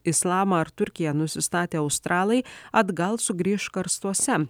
islamą ar turkiją nusistatę australai atgal sugrįš karstuose